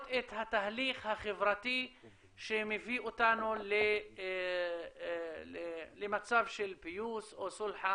את התהליך החברתי שמביא אותנו למצב של פיוס או סולחה?